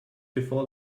before